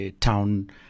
town